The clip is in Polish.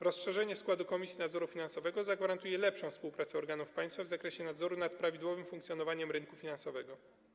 Rozszerzenie składu Komisji Nadzoru Finansowego zagwarantuje lepszą współpracę organów państwa w zakresie nadzoru nad prawidłowym funkcjonowaniem rynku finansowego.